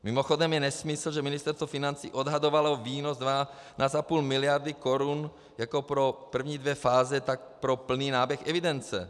Mimochodem je nesmysl, že Ministerstvo financí odhadovalo výnos na 12,5 miliardy korun jak pro první dvě fáze, tak pro plný náběh evidence.